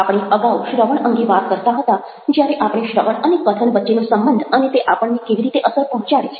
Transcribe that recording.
આપણે અગાઉ શ્રવણ અંગે વાત કરતા હતા જ્યારે આપણે શ્રવણ અને કથન વચ્ચેનો સંબંધ અને તે આપણને કેવી રીતે અસર પહોંચાડે છે